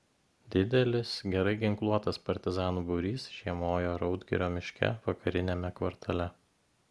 didelis gerai ginkluotas partizanų būrys žiemojo raudgirio miške vakariniame kvartale